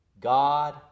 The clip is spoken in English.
God